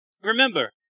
Remember